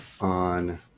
on